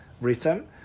written